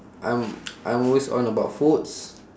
I'm I'm always on about foods